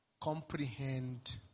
comprehend